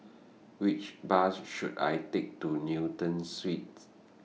Which Bus should I Take to Newton Suites